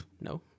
no